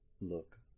look